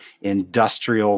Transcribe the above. industrial